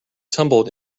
tumbled